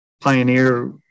Pioneer